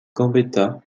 gambetta